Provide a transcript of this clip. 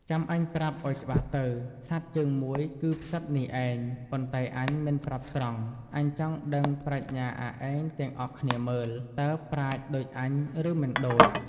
ចាំអញប្រាប់ឲ្យច្បាស់ទៅ សត្វជើងមួយគឺផ្សិតនេះឯង ប៉ុន្តែអញមិនប្រាប់ត្រង់ អញចង់ដឹងប្រាជ្ញអាឯងទាំងអស់គ្នាមើល៍ តើប្រាជ្ញដូចអញ ឬមិនដូច!"។